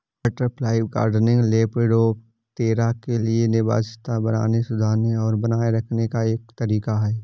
butterfly gardening, lepidoptera के लिए निवास स्थान बनाने, सुधारने और बनाए रखने का एक तरीका है